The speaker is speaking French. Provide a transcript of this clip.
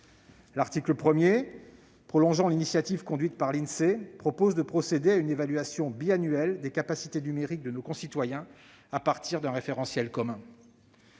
L'article 1, prolongeant l'initiative conduite par l'Insee, propose de procéder à une évaluation biannuelle des capacités numériques de nos concitoyens à partir d'un référentiel commun.